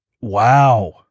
wow